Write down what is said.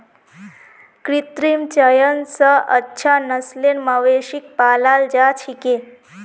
कृत्रिम चयन स अच्छा नस्लेर मवेशिक पालाल जा छेक